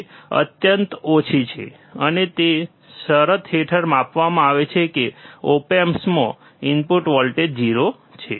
તે અત્યંત ઓછી છે અને તે શરત હેઠળ માપવામાં આવે છે કે ઓપ એમ્પમાં ઇનપુટ વોલ્ટેજ 0 છે